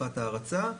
תקופת ההרצה,